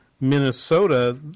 Minnesota